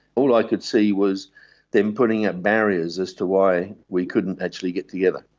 all i could see was them putting up barriers as to why we couldn't actually get together.